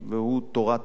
והוא: תורת הלחץ.